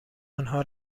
آنها